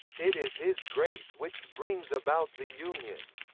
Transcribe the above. it is his grace which brings about the union.